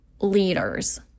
leaders